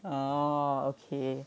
ah okay